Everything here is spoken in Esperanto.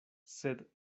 sed